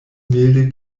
milde